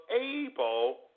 able